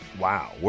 wow